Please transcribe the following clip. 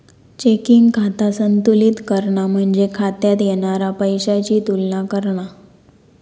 checking खाता संतुलित करणा म्हणजे खात्यात येणारा पैशाची तुलना करणा